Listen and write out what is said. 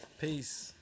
Peace